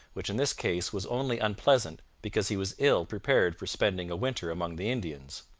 which in this case was only unpleasant because he was ill prepared for spending a winter among the indians.